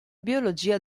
biologia